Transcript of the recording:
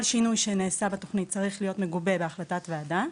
כל שינוי שנעשה בתוכנית צריך להיות מגובה בהחלטת וועדה.